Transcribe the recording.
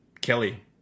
Kelly